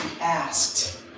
asked